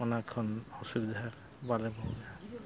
ᱚᱱᱟ ᱠᱷᱚᱱ ᱚᱥᱩᱵᱤᱫᱷᱟ ᱵᱟᱞᱮ ᱵᱷᱳᱜᱟ